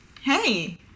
Hey